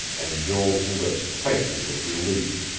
and joel's lips tightened with relief.